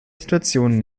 situation